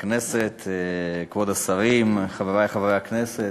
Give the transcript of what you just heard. כבוד השרים, חברי חברי הכנסת,